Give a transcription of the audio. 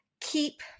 keep